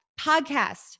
podcast